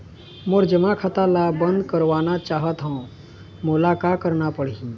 मोर जमा खाता ला बंद करवाना चाहत हव मोला का करना पड़ही?